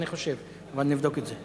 אני חושב, אבל נבדוק את זה.